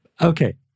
Okay